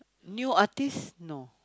new artist no